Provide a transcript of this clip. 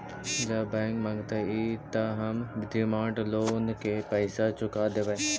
जब बैंक मगतई त हम डिमांड लोन के पैसा चुका देवई